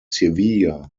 sevilla